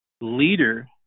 leader